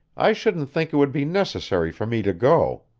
i shouldn't think it would be necessary for me to go.